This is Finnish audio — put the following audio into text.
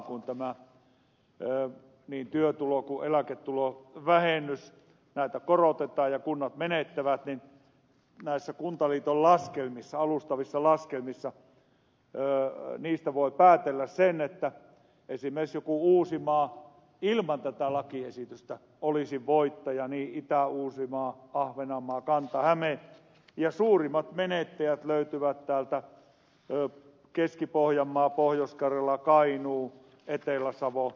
kun niin työtulo kuin eläketulovähennystä korotetaan ja kunnat tällöin menettävät niin näissä kuntaliiton alustavista laskelmista voi päätellä sen että esimerkiksi joku uusimaa ilman tätä lakiesitystä olisi voittaja samoin itä uusimaa ahvenanmaa kanta häme ja suurimmat menettäjät löytyvät alueelta keski pohjanmaa pohjois karjala kainuu etelä savo